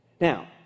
now